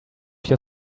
your